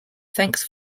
thanks